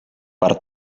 per